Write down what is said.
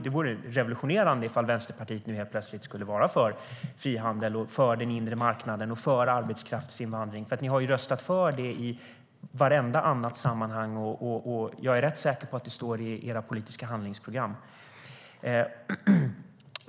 Det vore revolutionerande ifall Vänsterpartiet helt plötsligt skulle vara för frihandel, för den inre marknaden och för arbetskraftsinvandring. De har röstat mot det i vartenda annat sammanhang, och jag är rätt säker på att det står i deras politiska handlingsprogram.